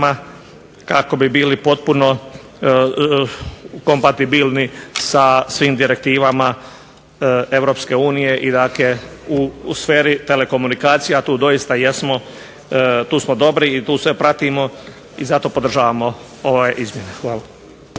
kako bi bili potpuno kompatibilni sa svim direktivama EU i dakle u sferi telekomunikacija, a tu doista jesmo, tu smo dobri i tu sve pratimo. I zato podržavamo ove izmjene. Hvala.